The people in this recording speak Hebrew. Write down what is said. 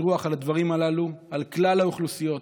רוח על הדברים הללו על כלל האוכלוסיות,